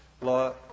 Law